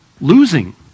losing